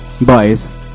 boys